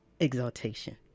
exaltation